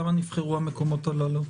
למה נבחרו המקומות הללו.